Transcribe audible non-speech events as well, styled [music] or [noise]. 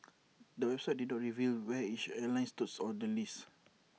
[noise] the website did not reveal where each airline stood on the list [noise]